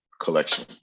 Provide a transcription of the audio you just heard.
collection